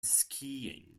skiing